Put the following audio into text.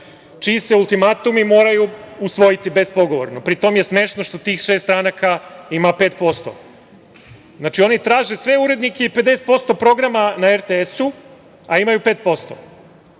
čiji se ultimatumi moraju usvojiti bezpogovorno. Pri tom je smešno što tih šest stranaka ima 5%. Znači, oni traže sve urednike i 50% programa na RTS-u, a imaju 5%.A